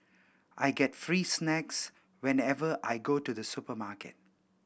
I get free snacks whenever I go to the supermarket